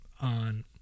on